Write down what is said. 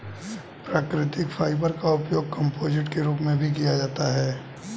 प्राकृतिक फाइबर का उपयोग कंपोजिट के रूप में भी किया जाता है